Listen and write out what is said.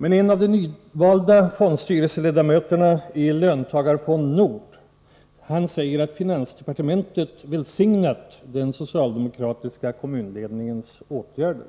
Men en av de nyvalda fondstyrelseledamöterna i löntagarfond Nord säger att finansdepartementet välsignat den socialdemokratiska kommunledningens åtgärder.